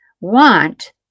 want